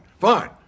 fine